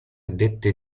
dette